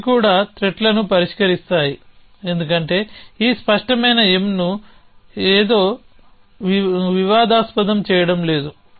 అవి కూడా త్రెట్లను పరిష్కరిస్తాయి ఎందుకంటే ఈ స్పష్టమైన Mను ఏదీ వివాదాస్పదం చేయడం లేదు